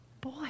Boy